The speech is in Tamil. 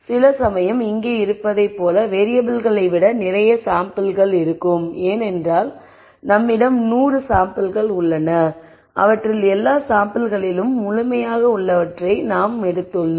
சில சமயம் இங்கே இருப்பதை போல வேறியபிள்களை விட நிறைய மாதிரிகள் இருக்கும் ஏனென்றால் எங்களிடம் 100 மாதிரிகள் உள்ளன அவற்றில் எல்லா மாதிரிகளிலும் முழுமையாக உள்ளவற்றை நாங்கள் எடுத்துள்ளோம்